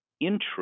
interest